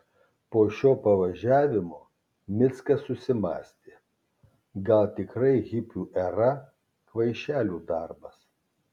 po šio pavažiavimo mickas susimąstė gal tikrai hipių era kvaišelių darbas